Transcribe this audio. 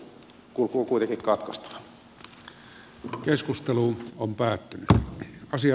tämä kehitys on kuitenkin katkaistava